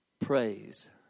Praise